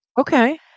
Okay